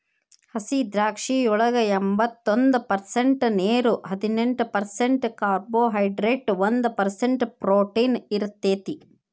ಹಸಿದ್ರಾಕ್ಷಿಯೊಳಗ ಎಂಬತ್ತೊಂದ ಪರ್ಸೆಂಟ್ ನೇರು, ಹದಿನೆಂಟ್ ಪರ್ಸೆಂಟ್ ಕಾರ್ಬೋಹೈಡ್ರೇಟ್ ಒಂದ್ ಪರ್ಸೆಂಟ್ ಪ್ರೊಟೇನ್ ಇರತೇತಿ